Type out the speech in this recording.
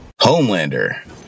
Homelander